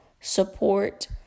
support